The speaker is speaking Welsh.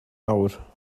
awr